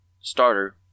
starter